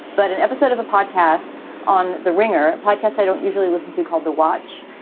but an episode of a podcast on the ringer podcast. i don't usually listen to called the watch,